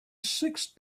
sixth